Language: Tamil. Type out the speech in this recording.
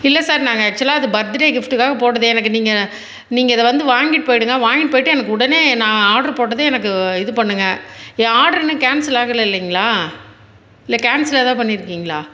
இல்லை சார் நாங்கள் ஆக்சுவலாக அது பர்த்டே கிஃப்ட்டுக்காக போட்டது எனக்கு நீங்கள் நீங்கள் இதை வந்து வாங்கிட்டு போயிடுங்கள் வாங்கிட்டு போயிட்டு எனக்கு உடனே நான் ஆட்ரு போட்டது எனக்கு இது பண்ணுங்கள் என் ஆட்ரு இன்னும் கேன்சல் ஆகலை இல்லைங்களா இல்லை கேன்சல் எதாவது பண்ணியிருக்கீங்களா